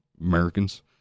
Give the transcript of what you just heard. Americans